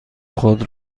خود